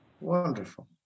Wonderful